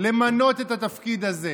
למנות את התפקיד הזה,